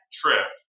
trip